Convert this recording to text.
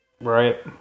Right